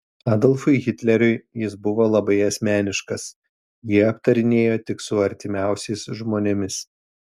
adolfui hitleriui jis buvo labai asmeniškas jį aptarinėjo tik su artimiausiais žmonėmis